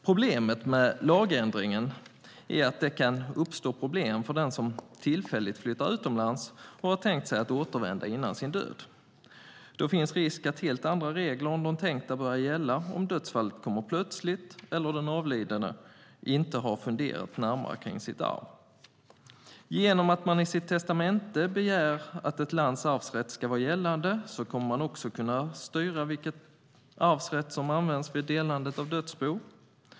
Problemet med lagändringen är att det kan uppstå problem för den som tillfälligt flyttar utomlands och har tänkt sig att återvända före sin död. Då finns det risk för att helt andra regler än de tänkta börjar gälla, om dödsfallet kommer plötsligt eller om den avlidna inte har funderat närmare kring sitt efterlämnade arv. Genom att man i sitt testamente begär att ett lands arvsrätt ska vara gällande kommer man också kunna styra vilken arvsrätt som tillämpas vid fördelning av ett dödsbo.